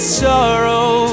sorrow